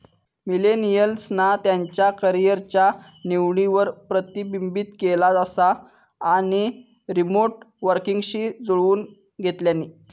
मिलेनियल्सना त्यांच्या करीयरच्या निवडींवर प्रतिबिंबित केला असा आणि रीमोट वर्कींगशी जुळवुन घेतल्यानी